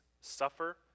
suffer